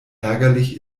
ärgerlich